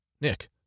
Nick